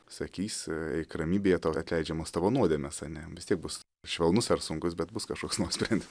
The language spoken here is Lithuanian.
sakys eik ramybėje tau atleidžiamos tavo nuodėmes ar ne vis tiek bus švelnus ar sunkus bet bus kažkoks nuosprendis